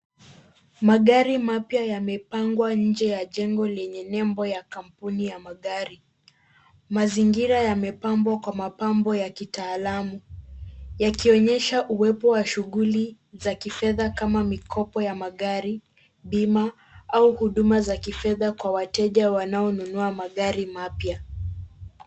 Magari mapya yamepangwa nje ya jengo lenye nembo ya kampuni ya magari. Mazingira yamepambwa kwa mapambo ya kitaalamu, yakionyesha uwepo wa shughuli za kifedha kama; mikopo ya magari, bima au huduma za kifedha kwa wateja wanaonunua magari mapya.